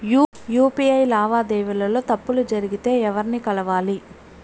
UPI లావాదేవీల లో తప్పులు జరిగితే ఎవర్ని కలవాలి?